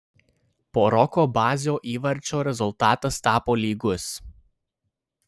po roko bazio įvarčio rezultatas tapo lygus